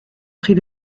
prit